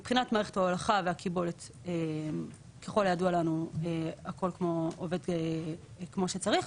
מבחינת מערכת ההולכה והקיבולת הכל עובד כמו שצריך,